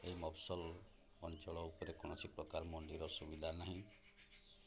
ଏହି ମଫସଲ ଅଞ୍ଚଳ ଉପରେ କୌଣସି ପ୍ରକାର ମଣ୍ଡିର ସୁବିଧା ନାହିଁ